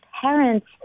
parents